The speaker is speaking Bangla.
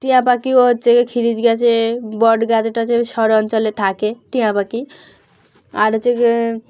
টিঁয়া পাখিও হচ্ছে কি শিরীষ গাছে বট গাছে টাছে শহর অঞ্চলে থাকে টিঁয়া পাখি আর হচ্ছে গিয়ে